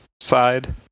side